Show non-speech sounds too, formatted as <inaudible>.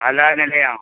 <unintelligible>